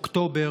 אוקטובר,